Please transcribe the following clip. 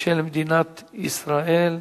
של מדינת ישראל.